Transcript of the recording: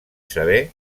saber